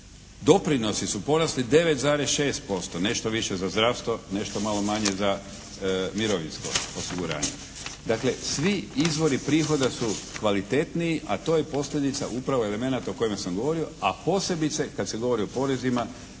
Doprinosi su porasli 9,6%, nešto više za zdravstvo, nešto malo manje za mirovinsko osiguranje. Dakle, svi izvori prihoda su kvalitetniji a to je posljedica upravo elemenata o kojima sam govorio a posebice kad se govori o porezima